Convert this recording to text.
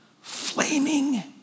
Flaming